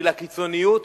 של הקיצוניות,